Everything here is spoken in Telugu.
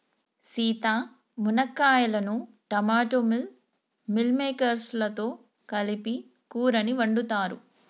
సీత మునక్కాయలను టమోటా మిల్ మిల్లిమేకేర్స్ లతో కలిపి కూరని వండుతారు